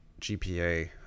GPA